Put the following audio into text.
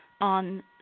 on